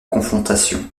confrontation